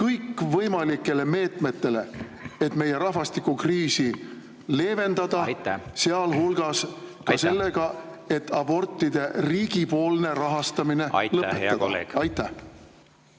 kõikvõimalikele meetmetele, et meie rahvastikukriisi leevendada, sealhulgas ka sellega, et abortide riigipoolne rahastamine lõpetada? Aitäh,